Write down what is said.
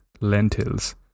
lentils